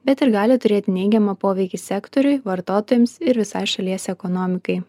bet ir gali turėt neigiamą poveikį sektoriui vartotojams ir visai šalies ekonomikai